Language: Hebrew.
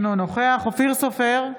אינו נוכח אופיר סופר,